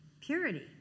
Purity